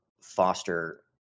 foster